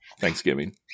Thanksgiving